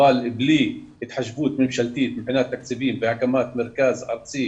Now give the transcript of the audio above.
אבל בלי התחשבות ממשלתית מבחינת תקציבים והקמת מרכז ארצי